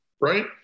right